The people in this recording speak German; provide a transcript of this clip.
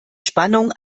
spannung